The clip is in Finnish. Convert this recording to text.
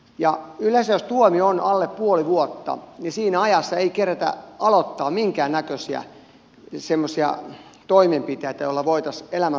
ja yleensä jos tuomio on alle puoli vuotta siinä ajassa ei keritä aloittaa minkäännäköisiä semmoisia toimenpiteitä joilla voitaisiin elämänsuuntaa muuttaa